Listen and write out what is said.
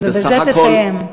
ובזה תסיים.